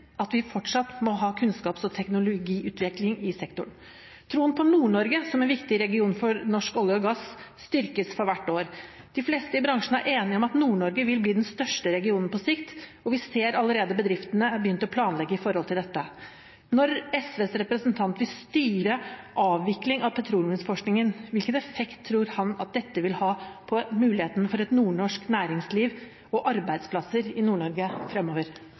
vi må fortsatt ha kunnskaps- og teknologiutvikling i sektoren. Troen på Nord-Norge som en viktig region for norsk olje og gass styrkes for hvert år. De fleste i bransjen er enige om at Nord-Norge vil bli den største regionen på sikt, og vi ser allerede at bedriftene har begynt å planlegge ut fra dette. Når SVs representant vil styre avvikling av petroleumsforskningen, hvilken effekt tror han at dette vil ha på muligheten for et nordnorsk næringsliv og arbeidsplasser i Nord-Norge fremover?